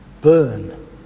burn